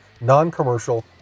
non-commercial